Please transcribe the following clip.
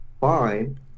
fine